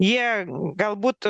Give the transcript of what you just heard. jie galbūt